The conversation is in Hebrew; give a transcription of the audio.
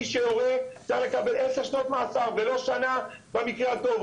מי שיורה צריך לקבל עשר שנות מאסר ולא שנה במקרה הטוב,